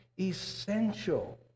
essential